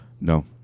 No